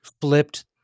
flipped